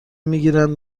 میگیرند